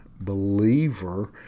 believer